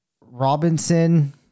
Robinson